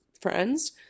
friends